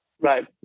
Right